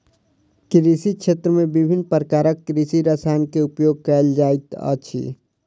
कृषि क्षेत्र में विभिन्न प्रकारक कृषि रसायन के उपयोग कयल जाइत अछि